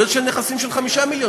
יכול להיות נכסים של 5 מיליון.